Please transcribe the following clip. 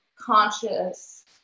conscious